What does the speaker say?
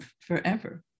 forever